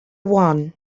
one